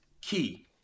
key